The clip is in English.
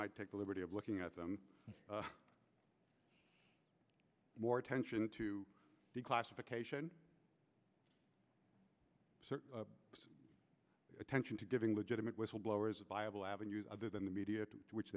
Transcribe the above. might take the liberty of looking at them more attention to the classification of attention to giving legitimate whistleblowers a viable avenues other than the media to which